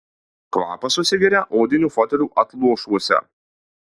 kvapas susigeria odinių fotelių atlošuose